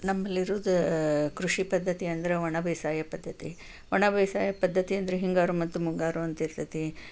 ನಮ್ಮಲ್ಲಿರೋದು ಕೃಷಿ ಪದ್ದತಿ ಅಂದರೆ ಒಣ ಬೇಸಾಯ ಪದ್ಧತಿ ಒಣ ಬೇಸಾಯ ಪದ್ಧತಿ ಅಂದರೆ ಹಿಂಗಾರು ಮತ್ತು ಮುಂಗಾರು ಅಂತ ಇರ್ತೈತಿ